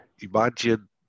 imagine